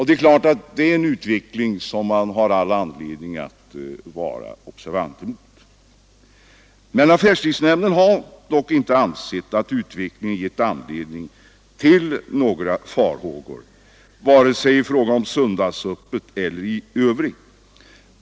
Det är klart att detta är en utveckling som man har anledning att vara observant med. Men affärstidsnämnden har inte ansett att utvecklingen givit anledning till några farhågor, vare sig i fråga om söndagsöppet eller i övrigt.